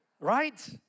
right